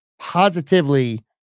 positively